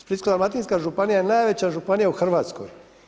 Splitsko-dalmatinska županija je najveća županija u Hrvatskoj.